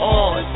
on